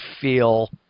feel